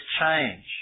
change